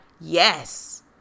Yes